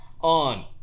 on